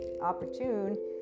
opportune